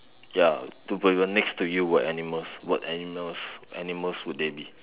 ya two people next to you were animals what animals animals would they be